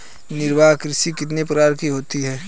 निर्वाह कृषि कितने प्रकार की होती हैं?